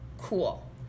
cool